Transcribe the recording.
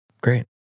great